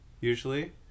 Usually